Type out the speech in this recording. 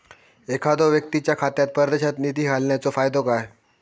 एखादो व्यक्तीच्या खात्यात परदेशात निधी घालन्याचो फायदो काय?